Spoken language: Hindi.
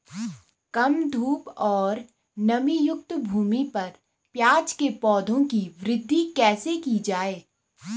कम धूप और नमीयुक्त भूमि पर प्याज़ के पौधों की वृद्धि कैसे की जाए?